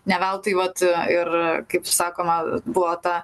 ne veltui vat ir kaip sakoma buvo ta